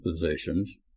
positions